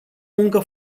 muncă